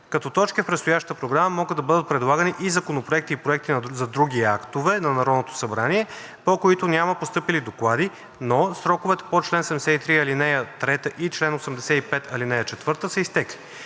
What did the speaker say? Като точки в предстоящата програма могат да бъдат предлагани и законопроекти и проекти за други актове на Народното събрание, по които няма постъпили доклади, но сроковете по чл. 73, ал. 3 и чл. 85, ал. 4 са изтекли.